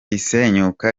isenyuka